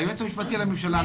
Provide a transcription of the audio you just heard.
היועץ המשפטי לממשלה,